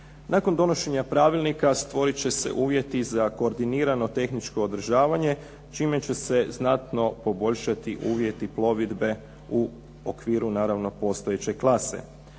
Nakon donošenja pravilnika stvorit će se uvjeti za koordinirano tehničko održavanje čime će se znatno poboljšati uvjeti plovidbe u okviru naravno postojeće klase.